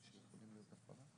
כ"ט באייר תשפ"ב,